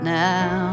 now